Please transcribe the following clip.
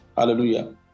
Hallelujah